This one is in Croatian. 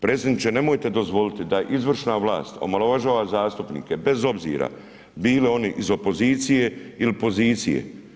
Predsjedniče nemojte dozvoliti da izvršna vlast omalovažava zastupnike bez obzira bili oni iz opozicije ili pozicije.